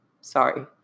sorry